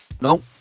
No